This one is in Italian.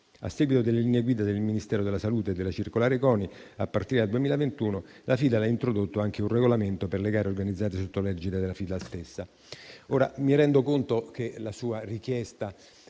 A seguito delle linee guida del Ministero della salute e della circolare Coni, a partire dal 2021, la FIDAL ha introdotto anche un regolamento per le gare organizzate sotto l'egida della FIDAL stessa. Mi rendo conto che la sua richiesta